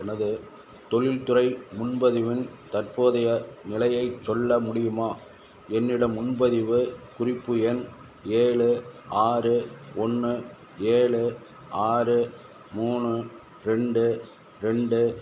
எனது தொழில் துறை முன்பதிவின் தற்போதைய நிலையை சொல்ல முடியுமா என்னிடம் முன்பதிவு குறிப்பு எண் ஏழு ஆறு ஒன்று ஏழு ஆறு மூணு ரெண்டு ரெண்டு